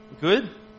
Good